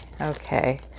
Okay